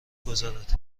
گذارد